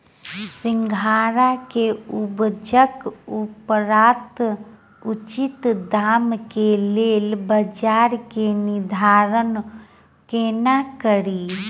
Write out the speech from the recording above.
सिंघाड़ा केँ उपजक उपरांत उचित दाम केँ लेल बजार केँ निर्धारण कोना कड़ी?